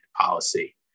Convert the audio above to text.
policy